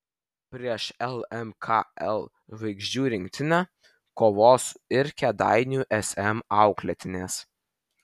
prieš lmkl žvaigždžių rinktinę kovos ir kėdainių sm auklėtinės